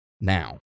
now